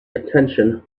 attention